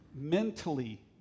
mentally